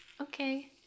Okay